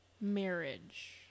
marriage